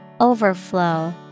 Overflow